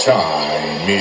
time